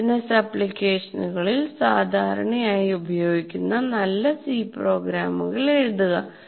business ആപ്ലിക്കേഷനുകളിൽ സാധാരണയായി ഉപയോഗിക്കുന്ന നല്ല C പ്രോഗ്രാമുകൾ എഴുതുക